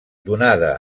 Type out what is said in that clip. donada